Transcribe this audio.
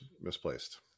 misplaced